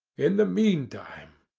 in the meantime,